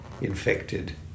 infected